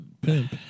pimp